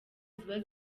ziba